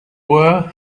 were